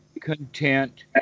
content